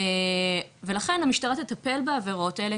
ולכן המשטרה תטפל בעבירות האלה,